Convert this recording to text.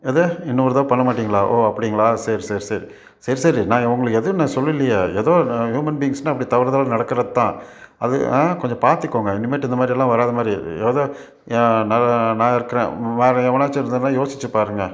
எது இன்னொரு தடவ பண்ணமாட்டிங்களா ஓ அப்படிங்களா சரி சரி சரி சரி சரி நான் உங்களை எதுவும் நான் சொல்லுலையே ஏதோ நான் ஹியூமன் பீயிங்ஸ்ன்னால் இப்படி தவறுதலாக நடக்கிறதுதான் அது ஆ கொஞ்சம் பார்த்துக்கோங்க இனிமேட்டு இந்தமாதிரியெல்லாம் வராதமாதிரி ஏதோ ஏன் நான் நான் இருக்கிறேன் வேறு எவனாச்சும் இருந்தான்னால் யோசிச்சு பாருங்க